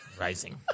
Rising